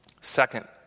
Second